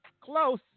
Close